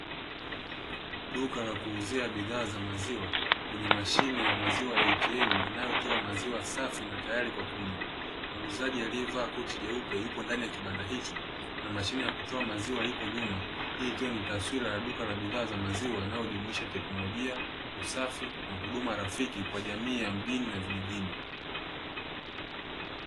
Duka la kuuzia bidhaa za maziwa lenye mashine ya maziwa ya "ATM" inayotoa maziwa safi na tayari kwa kunywa. Muuzaji aliyevaa koti jeupe yupo ndani ya kibanda hicho na mashine ya kutoa maziwa iko nyuma. Hii ikiwa ni taswira ya duka la bidhaa za maziwa linayojumuisha teknolojia, usafi na huduma rafiki kwa jamii ya mjini na vijijini.